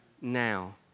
Now